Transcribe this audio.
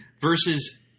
Versus